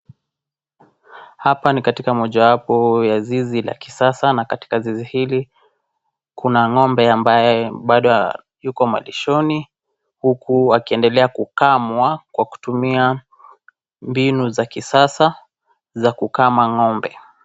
Hapa ni katika mojawapo ya zizi la kisasa na katika zizi hili kuna ng'ombe ambaye bado yuko malishoni huku akiendelea kukamwa kwa kutumia mbinu za kisasa za kukama ng'ombe.